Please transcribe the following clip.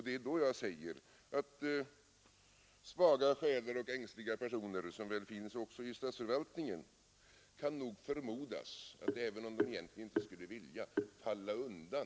Det är därför jag säger att svaga själar och ängsliga personer, som det väl finns också i statsförvaltningen, kan förmodas att — även om man egentligen inte skulle vilja det — falla undan.